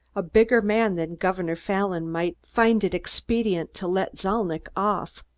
a bigger man than governor fallon might find it expedient to let zalnitch off.